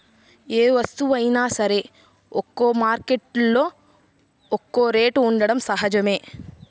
ఏ వస్తువైనా సరే ఒక్కో మార్కెట్టులో ఒక్కో రేటు ఉండటం సహజమే